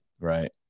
right